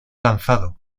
lanzado